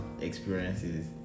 experiences